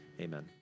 Amen